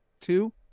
two